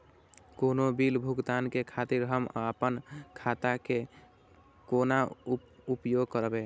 कोनो बील भुगतान के खातिर हम आपन खाता के कोना उपयोग करबै?